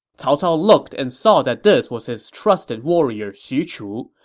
cao cao looked and saw that this was his trusted warrior xu chu.